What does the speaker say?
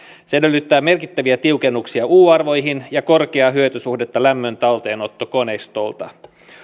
se edellyttää merkittäviä tiukennuksia u arvoihin ja korkeaa hyötysuhdetta lämmöntalteenottokoneistolta